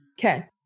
Okay